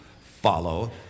follow